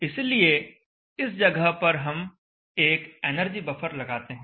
इसलिए इस जगह पर हम एक एनर्जी बफर लगाते हैं